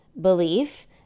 belief